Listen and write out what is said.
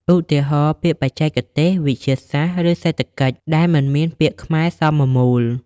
ឧទាហរណ៍ ពាក្យបច្ចេកទេសវិទ្យាសាស្ត្រឬសេដ្ឋកិច្ចដែលមិនមានពាក្យខ្មែរសមមូល។